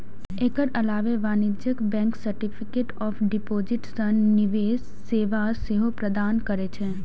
एकर अलावे वाणिज्यिक bank certificate of deposit सन निवेश सेवा सेहो प्रदान करै छै